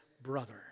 brother